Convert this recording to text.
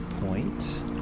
point